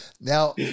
Now